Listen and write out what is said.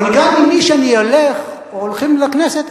אבל גם עם מי שאני אלך, או הולכים לכנסת,